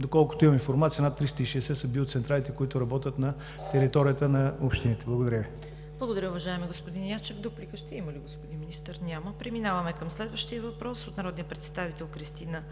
доколкото имам информация, над 360 са биоцентралите, които работят на територията на общините. Благодаря Ви. ПРЕДСЕДАТЕЛ ЦВЕТА КАРАЯНЧЕВА: Благодаря Ви, уважаеми господин Ячев. Дуплика ще има ли, господин Министър? Няма. Преминаваме към следващия въпрос от народния представител Кристина